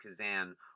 Kazan